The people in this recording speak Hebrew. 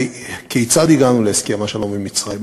כיצד הגענו להסכם השלום עם מצרים?